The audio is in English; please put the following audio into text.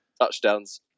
touchdowns